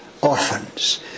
orphans